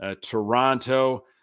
Toronto